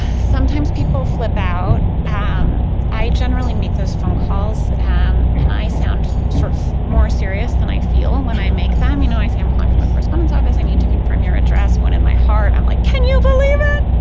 sometimes people flip out. ah um i generally make those phone calls and and i sound sort of more serious than i feel when i make them. you know i say i'm calling from the correspondence office. i need to confirm your address. when in my heart i'm like, can you believe it!